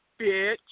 bitch